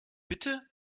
bitte